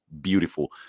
beautiful